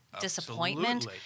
disappointment